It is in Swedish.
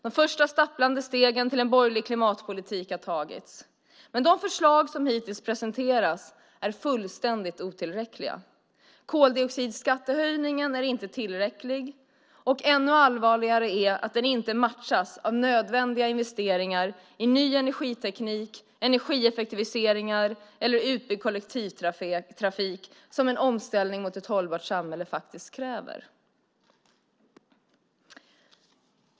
De första stapplande stegen till en borgerlig klimatpolitik har tagits. Men de förslag som hittills presenterats är fullständigt otillräckliga. Koldioxidskattehöjningen är inte tillräcklig, och ännu allvarligare är att den inte matchas av nödvändiga investeringar i ny energiteknik, energieffektiviseringar eller utbyggd kollektivtrafik, som en omställning mot ett hållbart samhälle faktiskt kräver.